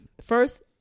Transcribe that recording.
first